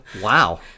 Wow